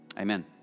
Amen